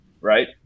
Right